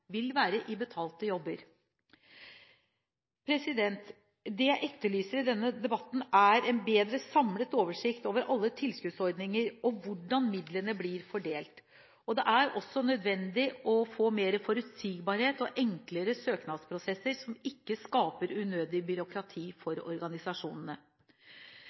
vil være i betalte jobber. Det jeg etterlyser i denne debatten, er en bedre samlet oversikt over alle tilskuddsordninger og hvordan midlene blir fordelt. Det er også nødvendig med mer forutsigbarhet og enklere søknadsprosesser som ikke skaper unødig byråkrati for organisasjonene.